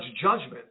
judgment